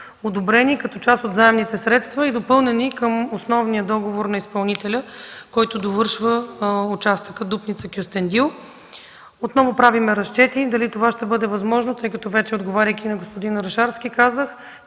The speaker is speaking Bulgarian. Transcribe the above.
одобрени като част от заемните средства и допълнени към основния договор на изпълнителя, който довършва участъка Дупница – Кюстендил. Отново правим разчети дали това ще бъде възможно, тъй като, отговаряйки на господин Орешарски казах,